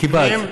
פנים.